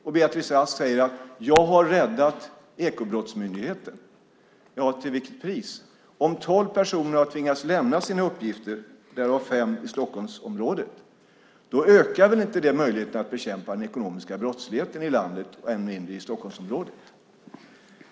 Ändå säger Beatrice Ask: Jag har räddat Ekobrottsmyndigheten. Ja, men till vilket pris? Om tolv personer har tvingats lämna sina uppgifter - fem av dessa i Stockholmsområdet - ökar väl inte möjligheterna att bekämpa den ekonomiska brottsligheten i landet och ännu mindre i Stockholmsområdet?